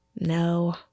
No